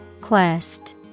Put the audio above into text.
Quest